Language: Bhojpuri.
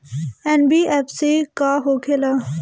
एन.बी.एफ.सी का होंखे ला?